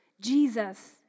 Jesus